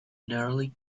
nearly